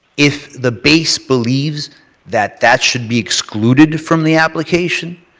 if the base believes that that should be excluded from the application,